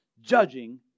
judging